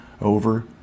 over